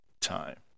time